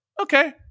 okay